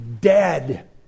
dead